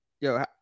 Yo